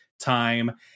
time